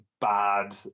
Bad